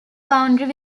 boundary